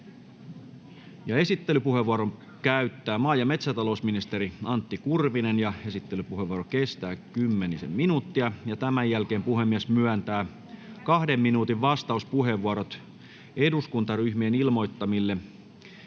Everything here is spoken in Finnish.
Esittelypuheenvuoron käyttää maa- ja metsätalousministeri Antti Kurvinen, ja esittelypuheenvuoro kestää kymmenisen minuuttia. Tämän jälkeen puhemies myöntää kahden minuutin vastauspuheenvuorot eduskuntaryhmien ilmoittamille